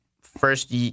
first